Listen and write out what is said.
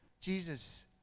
jesus